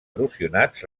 erosionats